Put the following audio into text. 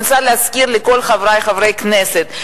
אני רוצה להזכיר לכל חברי חברי הכנסת,